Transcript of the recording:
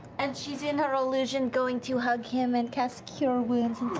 and she's in her illusion going to hug him and cast cure wounds.